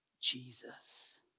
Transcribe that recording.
Jesus